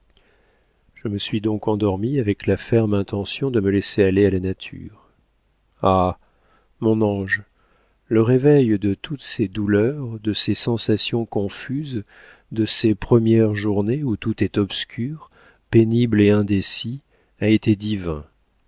je me suis donc endormie avec la ferme intention de me laisser aller à la nature ah mon ange le réveil de toutes ces douleurs de ces sensations confuses de ces premières journées où tout est obscur pénible et indécis a été divin